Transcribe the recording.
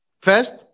First